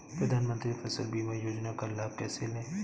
प्रधानमंत्री फसल बीमा योजना का लाभ कैसे लें?